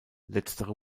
letztere